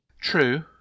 True